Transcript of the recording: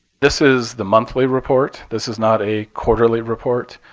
this is the monthly report. this is not a quarterly report.